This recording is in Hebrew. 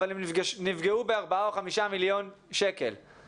אבל הם נפגעו בארבעה או חמישה מיליון שקלים,